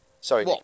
Sorry